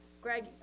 Greg